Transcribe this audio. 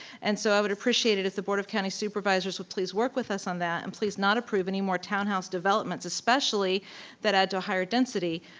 and so i would appreciate it if the board of county supervisors would please work with us on that and please not approve anymore townhouse developments, especially that add to a higher density.